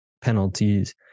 penalties